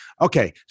Okay